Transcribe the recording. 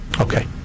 Okay